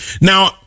Now